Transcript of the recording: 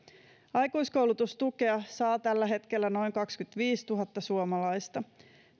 aikuiskoulutustukea saa tällä hetkellä noin kaksikymmentäviisituhatta suomalaista